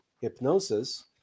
hypnosis